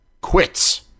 quits